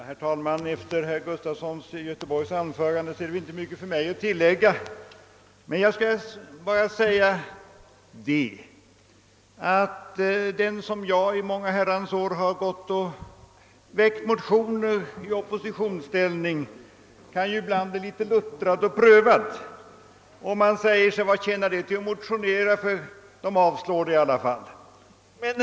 Herr talman! Efter herr Gustafsons i Göteborg anförande är det egentligen inte mycket för mig att tillägga. Jag vill emellertid säga att den som liksom jag i många herrans år väckt motioner i oppositionsställning ibland kan känna sig luttrad och prövad och fråga sig vad det skall tjäna till att motionera, eftersom motioner ändå alltid blir avslagna.